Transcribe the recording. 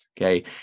okay